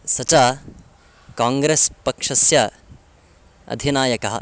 स च काङ्ग्रेस् पक्षस्य अधिनायकः